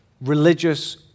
religious